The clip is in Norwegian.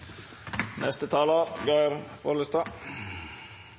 Neste taler,